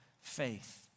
faith